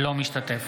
אינו משתתף